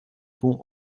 pont